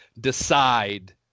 decide